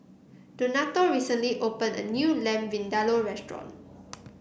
Donato recently opened a new Lamb Vindaloo restaurant